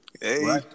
Hey